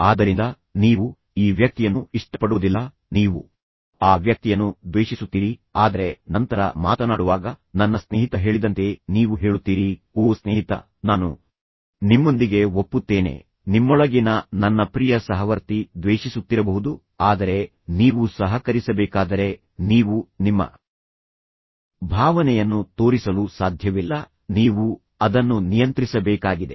ಆದ್ದರಿಂದ ನೀವು ಈ ವ್ಯಕ್ತಿಯನ್ನು ಇಷ್ಟಪಡುವುದಿಲ್ಲ ನೀವು ಆ ವ್ಯಕ್ತಿಯನ್ನು ದ್ವೇಷಿಸುತ್ತೀರಿ ಆದರೆ ನಂತರ ಮಾತನಾಡುವಾಗ ನನ್ನ ಸ್ನೇಹಿತ ಹೇಳಿದಂತೆ ನೀವು ಹೇಳುತ್ತೀರಿ ಓ ಸ್ನೇಹಿತ ನಾನು ನಿಮ್ಮೊಂದಿಗೆ ಒಪ್ಪುತ್ತೇನೆ ನಿಮ್ಮೊಳಗಿನ ನನ್ನ ಪ್ರಿಯ ಸಹವರ್ತಿ ದ್ವೇಷಿಸುತ್ತಿರಬಹುದು ಆದರೆ ನೀವು ಸಹಕರಿಸಬೇಕಾದರೆ ನೀವು ನಿಮ್ಮ ಭಾವನೆಯನ್ನು ತೋರಿಸಲು ಸಾಧ್ಯವಿಲ್ಲ ನೀವು ಅದನ್ನು ನಿಯಂತ್ರಿಸಬೇಕಾಗಿದೆ